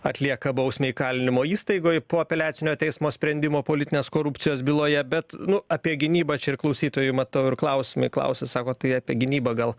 atlieka bausmę įkalinimo įstaigoj po apeliacinio teismo sprendimo politinės korupcijos byloje bet nu apie gynybą čia ir klausytojų matau ir klausimai klausia sako tai apie gynybą gal